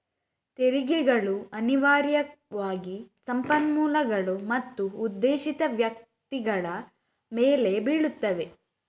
ತೆರಿಗೆಗಳು ಅನಿವಾರ್ಯವಾಗಿ ಸಂಪನ್ಮೂಲಗಳು ಮತ್ತು ಉದ್ದೇಶಿತ ವ್ಯಕ್ತಿಗಳ ಮೇಲೆ ಬೀಳುತ್ತವೆ